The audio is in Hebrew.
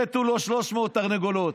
מתו לו 300 תרנגולות.